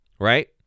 right